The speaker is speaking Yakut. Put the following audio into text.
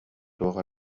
туох